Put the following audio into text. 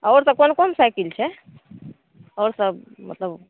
आओर तऽ कोन कोन साइकिल छै आओर सब मतलब